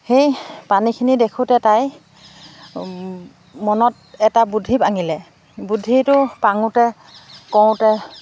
সেই পানীখিনি দেখোঁতে তাই মনত এটা বুদ্ধি পাঙিলে বুদ্ধিটো পাঙোতে কওঁতে